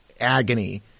agony